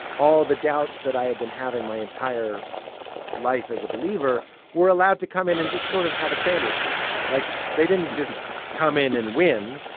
all the doubts that i had been having my entire life as a believer were allowed to come in and just sort of have a sandwich with me. like, they didn't just come in and win.